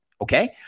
Okay